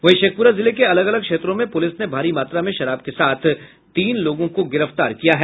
वहीं शेखपुरा जिले के अलग अलग क्षेत्रों में पुलिस ने भारी मात्रा में शराब के साथ तीन लोगों को गिरफ्तार किया है